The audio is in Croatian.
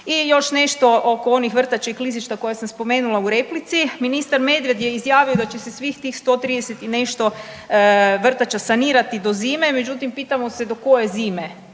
I još nešto oko onih vrtači i klizišta koje sam spomenula u replici. Ministar Medved je izjavio da će se svih tih 130 i nešto vrtača sanirati do zime. Međutim, pitamo se do koje zime?